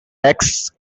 axe